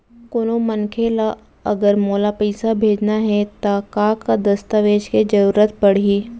कोनो मनखे ला अगर मोला पइसा भेजना हे ता का का दस्तावेज के जरूरत परही??